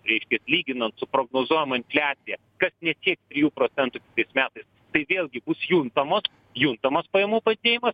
reiškias lyginant su prognozuojama infliacija kas nesieks trijų procentų kitais metais tai vėlgi bus juntamos juntamas pajamų padidėjimas